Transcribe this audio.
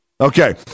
Okay